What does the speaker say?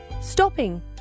stopping